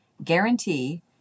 guarantee